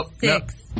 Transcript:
six